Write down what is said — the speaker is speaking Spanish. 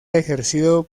ejercido